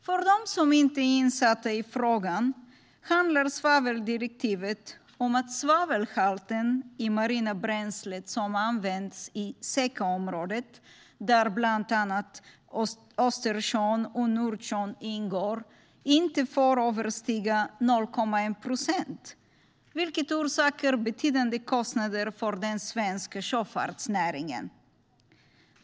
Till dem som inte är insatta i frågan kan jag säga att svaveldirektivet handlar om att svavelhalten i det marina bränsle som används i SECA-området, där bland annat Östersjön och Nordsjön ingår, inte får överstiga 0,1 procent. Det orsakar betydande kostnader för den svenska sjöfartsnäringen.